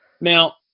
now